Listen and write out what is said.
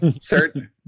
certain